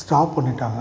stop பண்ணிட்டாங்க